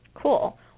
Cool